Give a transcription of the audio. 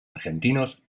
argentinos